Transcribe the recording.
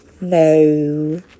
No